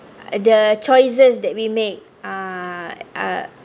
uh the choices that we make uh